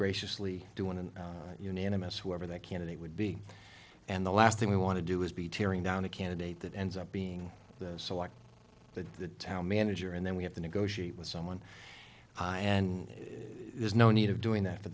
graciously doing an unanimous whoever that candidate would be and the last thing we want to do is be tearing down a candidate that ends up being the select that the town manager and then we have to negotiate with someone and there's no need of doing that for